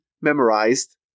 memorized